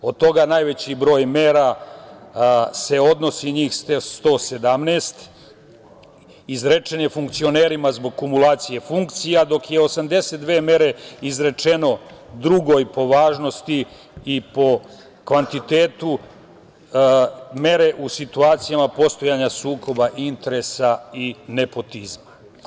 Od toga najveći broj mera se odnosi, njih 117 izrečene funkcionerima zbog komulacije funkcija, dok su 82 mere izrečene, drugoj po važnosti i po kvantitetu, mere u situacijama postojanja sukoba interesa i nepotizma.